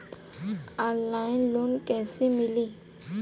Online loan कइसे मिली?